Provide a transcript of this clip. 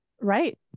Right